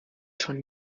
schon